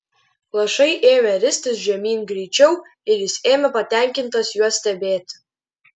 lašai ėmė ristis žemyn greičiau ir jis ėmė patenkintas juos stebėti